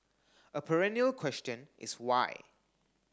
a perennial question is why